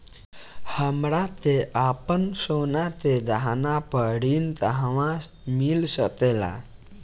हमरा के आपन सोना के गहना पर ऋण कहवा मिल सकेला?